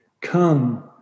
come